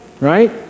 Right